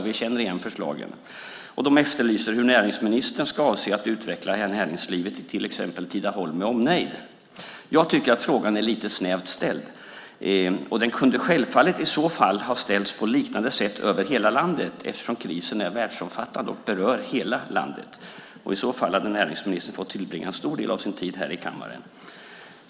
Vi känner igen förslagen. De efterlyser hur näringsministern avser att utveckla näringslivet i till exempel Tidaholm med omnejd. Jag tycker att frågan är lite snävt ställd. Den kunde självfallet i så fall ha ställts på liknande sätt över hela landet, eftersom krisen är världsomfattande och berör hela landet. I så fall hade näringsministern fått tillbringa en stor del av sin tid här i kammaren.